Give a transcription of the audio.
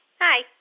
Hi